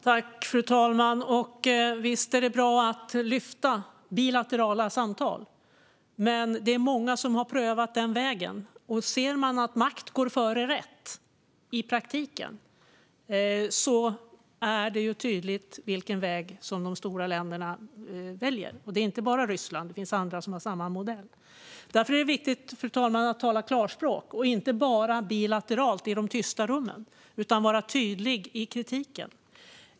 Fru talman! Visst är det bra att lyfta bilaterala samtal. Men det är många som har prövat den vägen, och om man ser att makt i praktiken går före rätt är det tydligt vilken väg de stora länderna väljer. Och det är inte bara Ryssland; det finns andra som har samma modell. Därför är det viktigt, fru talman, att tala klarspråk - och inte bara bilateralt i de tysta rummen. Man ska vara tydlig i kritiken.